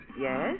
Yes